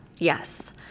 Yes